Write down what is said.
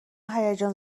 هیجان